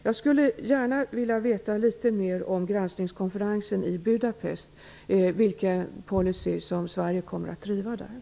Jag skulle gärna vilja veta litet mer om vilken policy Sverige kommer att driva vid granskningskonferensen i Budapest.